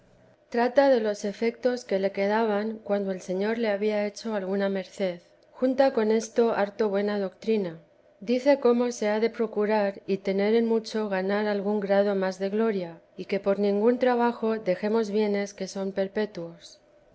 trata de los efectos que le quedaban cuando el señor le había hecho alguna merced junta con esto harto buena doctrina dice cómo se ha de procurar y tener en mucho ganar algún grado más de gloria y que por ningún trabajo dejemos bienes que son perpetuos